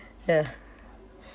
ya